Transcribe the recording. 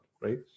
right